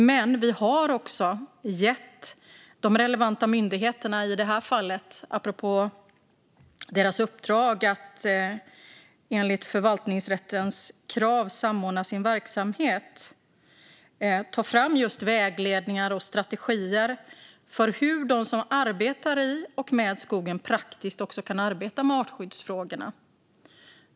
Men vi har också gett de relevanta myndigheterna uppdraget, i det här fallet apropå deras uppdrag att enligt förvaltningsrättens krav samordna sin verksamhet, att ta fram just vägledningar och strategier för hur de som arbetar i och med skogen praktiskt också kan arbeta med artskyddsfrågorna.